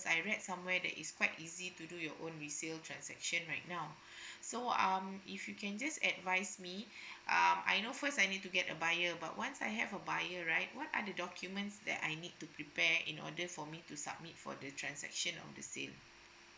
I read somewhere that is quite easy to do your own resale transaction right now so um if you can just advise me uh I know first I need to get a buyer about once I have a buyer right what are the documents that I need to prepare in order for me to submit for the transaction on the sale